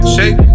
Shake